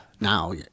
Now